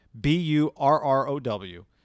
B-U-R-R-O-W